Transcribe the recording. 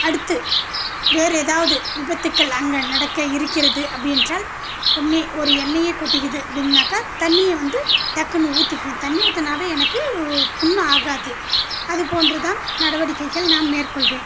அடுத்து வேறு எதாவது விபத்துக்கள் அங்கே நடக்க இருக்கிறது அப்படியென்றால் உடனே ஒரு எண்ணெயே கொட்டியது அப்படின்னாக்கா தண்ணியை வந்து டக்குனு ஊற்றி தண்ணி ஊற்றுனாதான் எனக்கு புண்ணு ஆகாது அது போன்று தான் நடவடிக்கைகள் நாம் மேற்கொள்வேன்